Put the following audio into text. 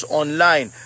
online